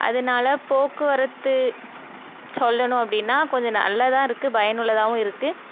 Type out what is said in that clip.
அதனால் போக்குவரத்து சொல்லணும் அப்படின்னா கொஞ்சம் நல்லா தான் இருக்கு பயனுள்ளதாகவும் இருக்கு